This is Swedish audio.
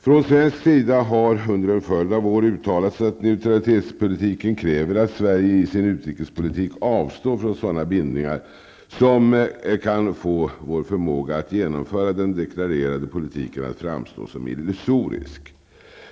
- ''Från svensk sida har under en följd av år uttalats att neutralitetspolitiken kräver att Sverige i sin utrikespolitik avstår från sådana bindningar som kan få vår förmåga att genomföra den deklarerade politiken att framstå som illusorisk.''